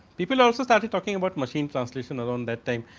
people also started talking about machine translation along that time.